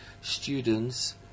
students